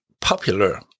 popular